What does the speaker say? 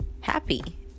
happy